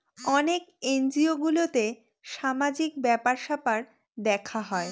অনেক এনজিও গুলোতে সামাজিক ব্যাপার স্যাপার দেখা হয়